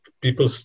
People